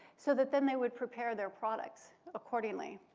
so that then they would prepare their products accordingly.